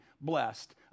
blessed